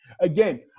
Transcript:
again